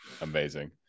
amazing